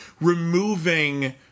removing